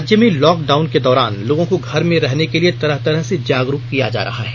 राज्य में lockdown के दौरान लोगों को घर में रहने के लिए तरह तरह से जागरूक किया जा रहा है